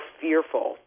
fearful